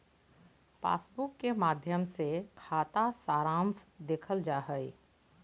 passbook के माध्मय से खाता सारांश देखल जा हय